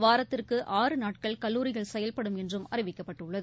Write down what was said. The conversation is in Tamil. வாரத்திற்கு ஆறு நாட்கள் கல்லூரிகள் செயல்படும் என்றும் அறிவிக்கப்பட்டுள்ளது